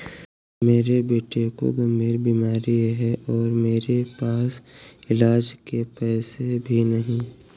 मेरे बेटे को गंभीर बीमारी है और मेरे पास इलाज के पैसे भी नहीं